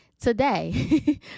today